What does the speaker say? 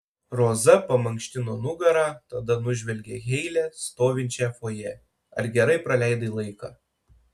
roza pamankštino nugarą tada nužvelgė heile stovinčią fojė ar gerai praleidai laiką